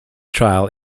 trial